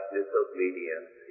disobedience